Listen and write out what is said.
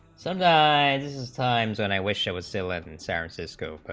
so nine times and i wish i was still in senses, kind of but